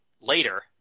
later